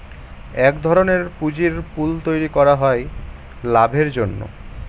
এক ধরনের পুঁজির পুল তৈরী করা হয় লাভের জন্য